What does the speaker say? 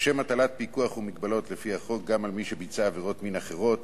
לשם הטלת פיקוח ומגבלות לפי החוק גם על מי שביצע עבירות מין אחרות,